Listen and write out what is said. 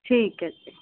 ਠੀਕ ਹੈ ਜੀ